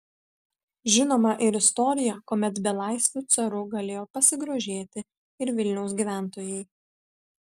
žinoma ir istorija kuomet belaisviu caru galėjo pasigrožėti ir vilniaus gyventojai